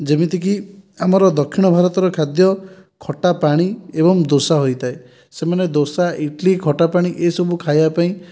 ଯେମିତିକି ଆମର ଦକ୍ଷିଣ ଭାରତର ଖାଦ୍ୟ ଖଟାପାଣି ଏବଂ ଦୋସା ହୋଇଥାଏ ସେମାନେ ଦୋସା ଇଟିଲି ଖଟାପାଣି ଏସବୁ ଖାଇବା ପାଇଁ